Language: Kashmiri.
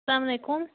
السلامُ علیکُم